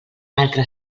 altre